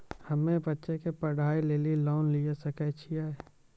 हम्मे बच्चा के पढ़ाई लेली लोन लिये सकय छियै?